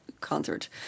concert